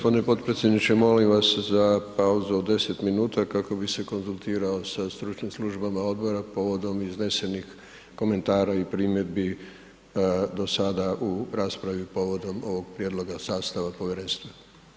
Poštovani g. potpredsjedniče, molim vas za pauzu od 10 min kako bi se konzultirao sa stručnim službama odbora povodom iznesenih komentara i primjedbi do sada u raspravi povodom ovog prijedloga sastava povjerenstva.